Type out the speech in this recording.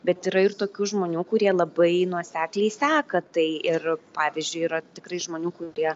bet yra ir tokių žmonių kurie labai nuosekliai seka tai ir pavyzdžiui yra tikrai žmonių kurie